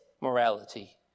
morality